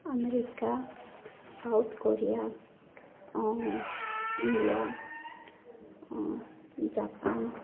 America South Korea India Japan